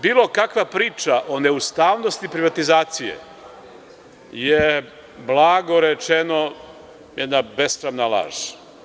Bilo kakva priča o neustavnosti privatizacije je, blago rečeno, jedna bespravna laž.